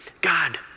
God